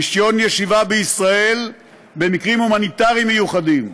רישיון ישיבה בישראל במקרים הומניטריים מיוחדים,